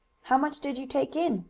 how much did you take in?